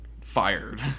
Fired